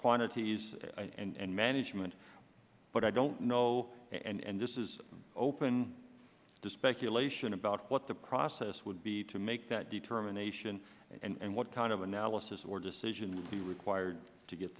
quantities and management but i don't know and this is open to speculation about what the process would be to make that determination and what kind of analysis or decision would be required to get